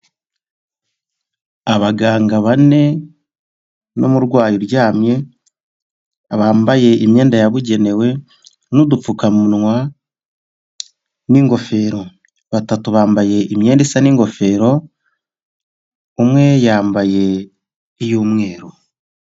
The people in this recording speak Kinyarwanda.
Abaganga bane n'umurwayi uryamye, bambaye imyenda yabugenewe n'udupfukamunwa n'ingofero, batatu bambaye imyenda isa n'ingofero, umwe yambaye iy'umweru.